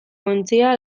ontzia